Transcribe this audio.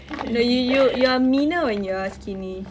no you you you're meaner when you're skinny